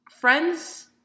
friends